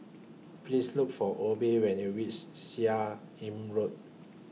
Please Look For Obe when YOU REACH Seah Im Road